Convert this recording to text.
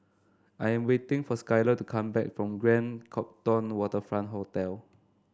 I am waiting for Skyler to come back from Grand Copthorne Waterfront Hotel